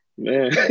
Man